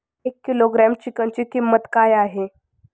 एक किलोग्रॅम चिकनची किंमत काय आहे?